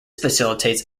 facilitates